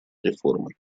реформы